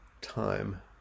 time